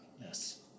Yes